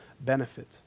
benefit